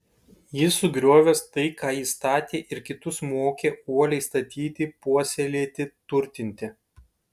jis sugriovęs tai ką ji statė ir kitus mokė uoliai statyti puoselėti turtinti